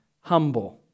humble